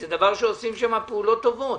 זה דבר שעושים שם פעולות טובות.